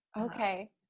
Okay